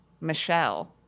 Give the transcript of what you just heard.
Michelle